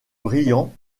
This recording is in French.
brian